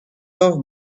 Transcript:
off